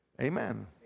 Amen